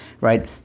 right